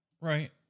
Right